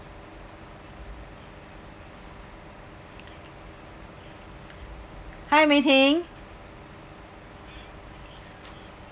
hi mei ching